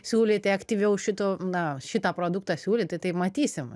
siūlyti aktyviau šito na šitą produktą siūlyti tai matysim